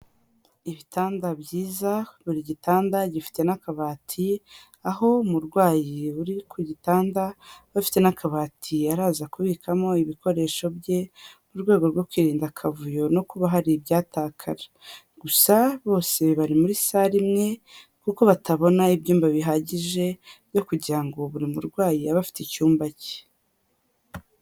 Ibitanda byiza, buri gitanda gifite n'akabati, aho umurwayi uri ku gitanda aba afite n'akabati araza kubikamo ibikoresho bye, mu rwego rwo kwirinda akavuyo no kuba hari ibyatakara. Gusa bose bari muri sare imwe, kuko batabona ibyumba bihagije byo kugira ngo buri murwayi abe afite icyumba cye.